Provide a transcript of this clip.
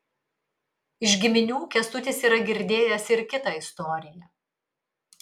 iš giminių kęstutis yra girdėjęs ir kitą istoriją